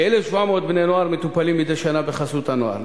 כ-1,700 בני-נוער מטופלים מדי שנה בחסות הנוער.